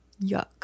Yuck